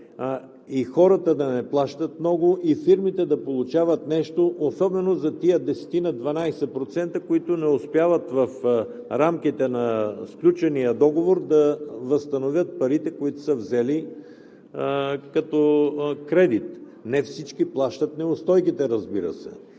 и хората да не плащат много и фирмите да получават нещо, особено за тези 10-ина – 12 процента, които не успяват в рамките на сключения договор да възстановят парите, които са взели като кредит. Не всички плащат неустойките, разбира се.